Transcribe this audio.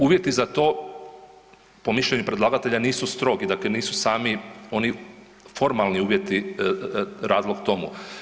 Uvjeti za to, po mišljenju predlagatelja nisu strogi, dakle nisu sami oni formalni uvjeti razlog tomu.